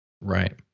right